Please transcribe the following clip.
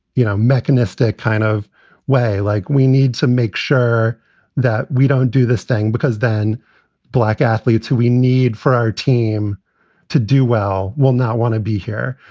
you know, mechanistic kind of way, like we need to make sure that we don't do this thing because then black athletes who we need for our team to do well will not want to be here.